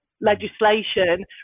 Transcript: legislation